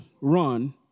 Run